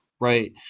Right